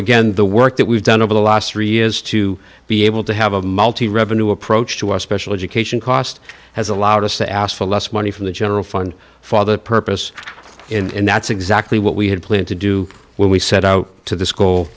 again the work that we've done over the last three years to be able to have a multi revenue approach to our special education cost has allowed us to ask for less money from the general fund for that purpose and that's exactly what we had planned to do when we set out to the school